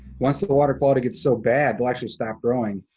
once the water quality gets so bad, they'll actually stop growing.